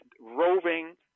roving